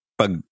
pag